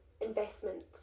Investment